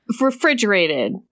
Refrigerated